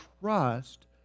trust